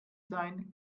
sein